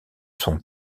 son